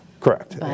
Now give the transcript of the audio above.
correct